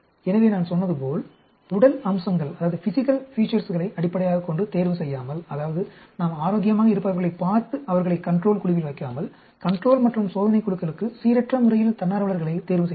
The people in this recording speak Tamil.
எனவே நான் சொன்னது போல் உடல் அம்சங்களை அடிப்படையாகக் கொண்டு தேர்வு செய்யாமல் அதாவது நாம் ஆரோக்கியமாக இருப்பவர்களைப் பார்த்து அவர்களை கன்ட்ரோல் குழுவில் வைக்காமல் கன்ட்ரோல் மற்றும் சோதனை குழுக்களுக்கு சீரற்றமுறையில் தன்னார்வலர்களை தேர்வு செய்ய வேண்டும்